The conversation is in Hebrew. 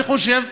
אני חושב,